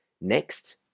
Next